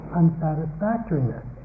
unsatisfactoriness